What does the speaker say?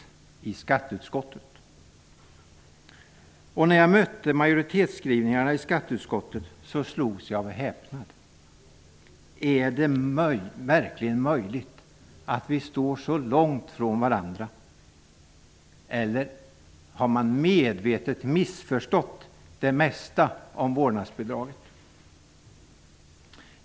När jag mötte skatteutskottets majoritetsskrivningar slogs jag av häpnad. Är det verkligen möjligt att vi står så långt från varandra, eller har man medvetet missförstått det mesta om vårdnadsbidraget?